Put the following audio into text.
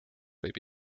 võib